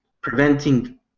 preventing